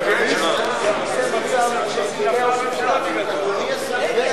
למטה ותחתונים למעלה.